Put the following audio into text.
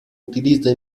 utilizza